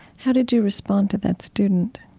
how did you respond to that student?